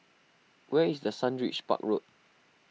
where is the Sundridge Park Road